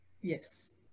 yes